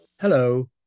Hello